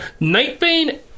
Nightbane